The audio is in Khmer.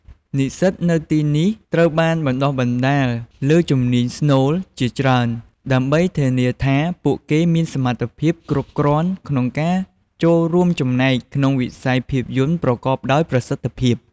និស្សិតនៅទីនេះត្រូវបានបណ្ដុះបណ្ដាលលើ ជំនាញស្នូល ជាច្រើន ដើម្បីធានាថាពួកគេមានសមត្ថភាពគ្រប់គ្រាន់ក្នុងការចូលរួមចំណែកក្នុងវិស័យភាពយន្តប្រកបដោយប្រសិទ្ធភាព។